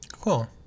Cool